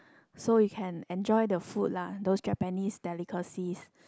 so you can enjoy the food lah those Japanese delicacies